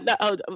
no